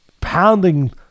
pounding